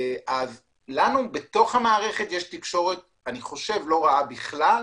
בתוך המערכת יש לנו תקשורת לא רעה בכלל,